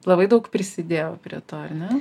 labai daug prisidėjo prie to ar ne